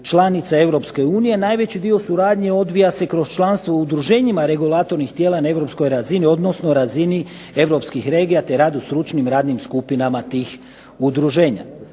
unije, najveći dio suradnje odvija se kroz članstvo u udruženjima regulatornih tijela na europskoj razini, odnosno razini europskih regija, te radu stručnim radnim skupinama tih udruženja.